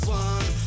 one